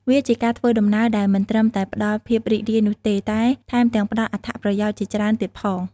វាជាការធ្វើដំណើរដែលមិនត្រឹមតែផ្តល់ភាពរីករាយនោះទេ តែថែមទាំងផ្តល់អត្ថប្រយោជន៍ជាច្រើនទៀតផង។